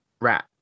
Rat